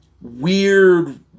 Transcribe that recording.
weird